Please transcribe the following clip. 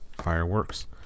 fireworks